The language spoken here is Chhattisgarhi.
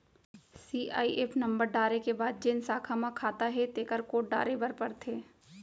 सीआईएफ नंबर डारे के बाद जेन साखा म खाता हे तेकर कोड डारे बर परथे